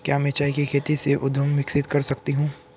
क्या मैं चाय की खेती से उद्योग विकसित कर सकती हूं?